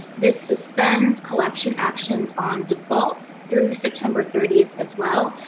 this suspends collection actions on defaults through september thirty as well,